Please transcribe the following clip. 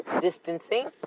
Distancing